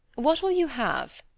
what will you have?